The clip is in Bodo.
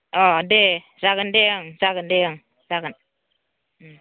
अ दे जागोन दे ओं जागोन दे ओं जागोन